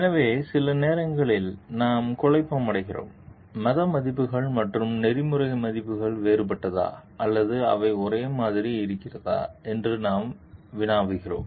எனவே சில நேரங்களில் நாம் குழப்பமடைகிறோம் மத மதிப்புகள் மற்றும் நெறிமுறை மதிப்புகள் வேறுபட்டதா அல்லது அவை ஒரே மாதிரியாக இருக்கிறதா என்று நாம் வினாவுகிறோம்